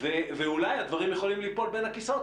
ואולי הדברים יכולים ליפול בין הכיסאות,